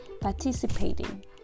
participating